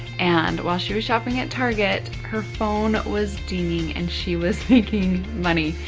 and while she was shopping at target, her phone was dinging and she was making money.